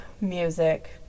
Music